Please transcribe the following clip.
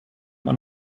man